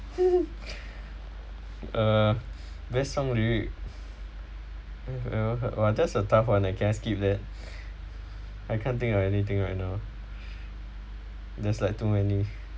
uh best song lyric I've ever heard [wah] that's a tough [one] can I skip that I can't think of anything right now there's like too many